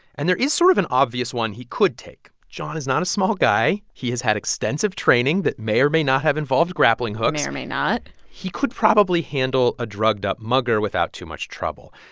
and there is sort of an obvious one he could take. john is not a small guy. he has had extensive training that may or may not have involved grappling hooks may or may not he could probably handle a drugged-up mugger without too much trouble.